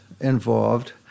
involved